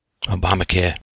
Obamacare